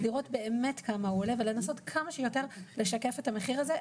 לראות באמת כמה הוא עולה ולנסות כמה שיותר לשקף את המחיר הזה.